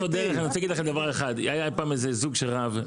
היה פעם איזה זוג שרב.